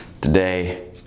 today